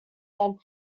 than